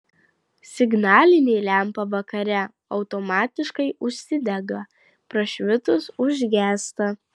signalinė lempa vakare automatiškai užsidega prašvitus užgęsta